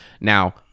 Now